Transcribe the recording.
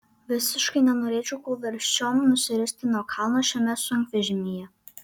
visiškai nenorėčiau kūlversčiom nusiristi nuo kalno šiame sunkvežimyje